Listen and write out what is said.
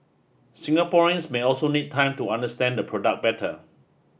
Singaporeans may also need time to understand the product better